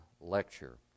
lecture